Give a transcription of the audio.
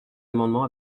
amendement